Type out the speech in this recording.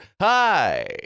Hi